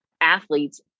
athletes